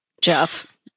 Jeff